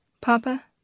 papa